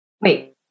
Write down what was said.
wait